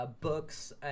books